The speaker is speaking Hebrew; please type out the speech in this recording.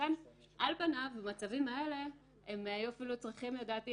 ולכן על פניו במצבים האלה הם היו אפילו צריכים לדעתי